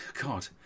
God